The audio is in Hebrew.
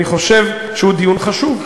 אני חושב שהוא דיון חשוב,